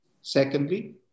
Secondly